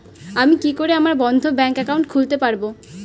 আমি কি করে আমার বন্ধ ব্যাংক একাউন্ট খুলতে পারবো?